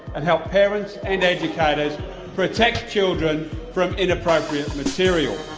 and help parents and educators protect children from inappropriate material.